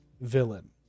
villain